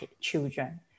children